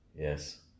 Yes